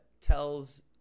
tells